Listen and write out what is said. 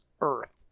earth